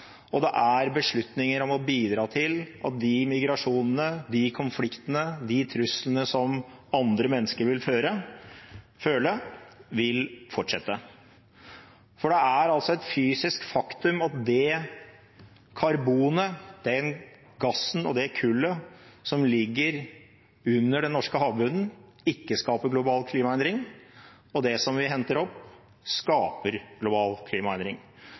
og det er beslutninger som vil bidra til at de migrasjonene, de konfliktene, de truslene som andre mennesker vil føle, vil fortsette. For det er altså et fysisk faktum at det karbonet, den gassen og det kullet som ligger under den norske havbunnen, ikke skaper global klimaendring, og at det som vi henter opp, skaper global klimaendring.